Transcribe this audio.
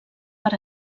per